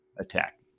attack